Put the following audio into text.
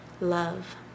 love